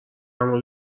مورد